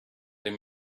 him